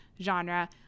genre